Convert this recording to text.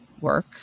work